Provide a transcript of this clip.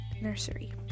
nursery